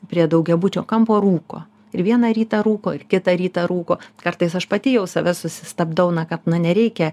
prie daugiabučio kampo rūko ir vieną rytą rūko ir kitą rytą rūko kartais aš pati jau save susistabdau na kad nereikia